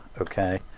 okay